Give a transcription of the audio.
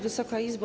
Wysoka Izbo!